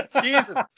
Jesus